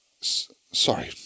sorry